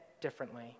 differently